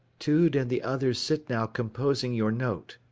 tude and the others sit now composing your note.